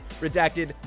redacted